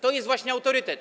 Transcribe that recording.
To jest właśnie autorytet.